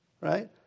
right